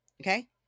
okay